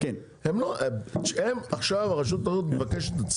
הם עכשיו רשות התחרות מבקשת,